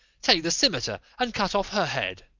take the cimeter and cut off her head